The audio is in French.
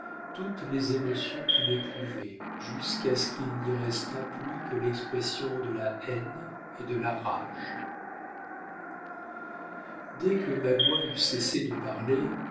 toutes les émotions qu'il éprouvait jusqu'à ce qu'il n'y restât plus que l'expression de la haine et de la rage dès que magua eut cessé de parler